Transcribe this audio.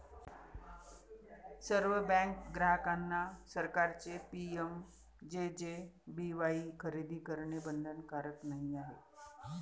सर्व बँक ग्राहकांना सरकारचे पी.एम.जे.जे.बी.वाई खरेदी करणे बंधनकारक नाही आहे